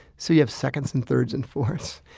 so you have seconds and thirds and fourths.